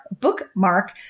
bookmark